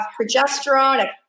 progesterone